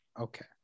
Okay